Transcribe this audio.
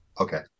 okay